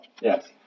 Yes